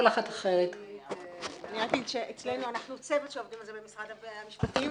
אנחנו צוות שהוקם במשרד המשפטים,